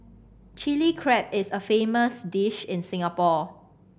Chilli Crab is a famous dish in Singapore